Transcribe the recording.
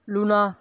luna